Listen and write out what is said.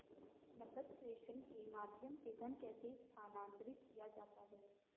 नकद प्रेषण के माध्यम से धन कैसे स्थानांतरित किया जाता है?